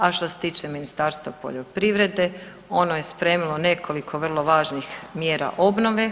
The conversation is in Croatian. A što se tiče Ministarstva poljoprivrede ono je spremilo nekoliko vrlo važnih mjera obnove.